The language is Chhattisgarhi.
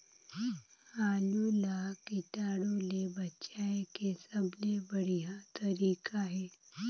आलू ला कीटाणु ले बचाय के सबले बढ़िया तारीक हे?